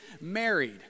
married